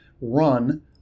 run